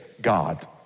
God